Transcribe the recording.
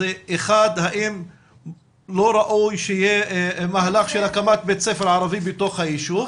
האם לא ראוי שיהיה מהלך של הקמת בית ספר ערבי בתוך היישוב?